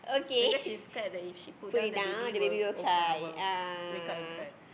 because she scared that if she put down the baby will o~ ah will wake up and cry